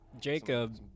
Jacob